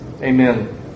Amen